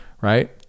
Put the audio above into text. right